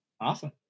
awesome